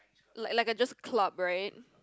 like like I just club right